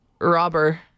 robber